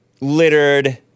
littered